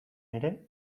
ere